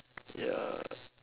ya